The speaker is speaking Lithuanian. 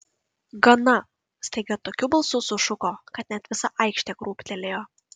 gana staiga tokiu balsu sušuko kad net visa aikštė krūptelėjo